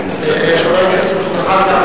חבר הכנסת זחאלקה,